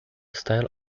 style